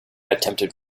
attempted